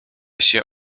się